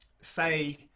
say